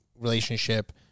relationship